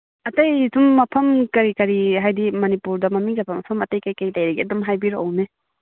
ꯑꯇꯩ ꯁꯨꯝ ꯃꯐꯝ ꯀꯔꯤ ꯀꯔꯤ ꯍꯥꯏꯗꯤ ꯃꯅꯤꯄꯨꯔꯗ ꯃꯃꯤꯡ ꯆꯠꯄ ꯃꯐꯝ ꯑꯇꯩ ꯀꯩ ꯀꯩ ꯂꯩꯔꯤꯒꯦ ꯑꯗꯨꯝ ꯍꯥꯏꯕꯤꯔꯛꯎꯅꯦ